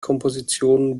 komposition